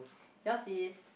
yours is